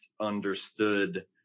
understood